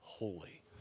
holy